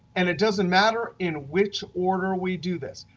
and it doesn't matter in which order we do this.